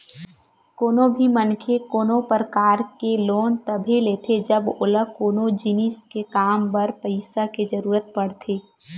कोनो भी मनखे कोनो परकार के लोन तभे लेथे जब ओला कोनो जिनिस के काम बर पइसा के जरुरत पड़थे